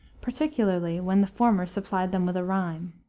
particularly when the former supplied them with a rhyme.